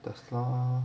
tesla